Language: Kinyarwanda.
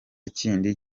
kindi